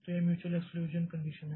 तो यह mutual exclusion condition है